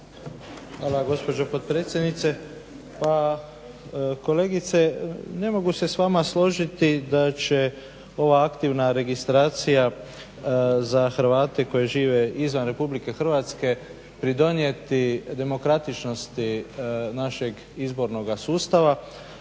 Hvala gospođo potpredsjednice. Pa kolegice, ne mogu se s vama složiti da će ova aktivna registracija za Hrvate koji žive izvan Republike Hrvatske pridonijeti demokratičnosti našeg izbornog sustava